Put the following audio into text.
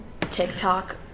TikTok